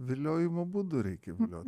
viliojimo būdu reikia viliot